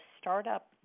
Startup